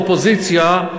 אופוזיציה,